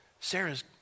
Sarah's